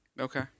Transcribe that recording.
Okay